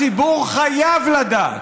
הציבור חייב לדעת.